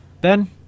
Ben